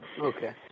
Okay